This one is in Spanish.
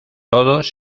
todos